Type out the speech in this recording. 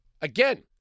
again